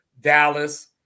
Dallas